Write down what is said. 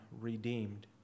redeemed